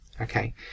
Okay